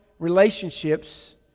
relationships